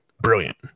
Brilliant